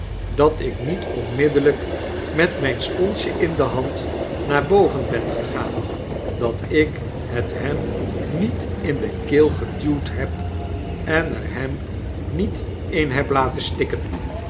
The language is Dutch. dat ik niet onmiddellijk met mijn sponsje in de hand naar boven ben gegaan dat ik het hem niet in de keel geduwd heb en er hem niet in heb laten stikken